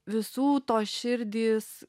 visų tos širdys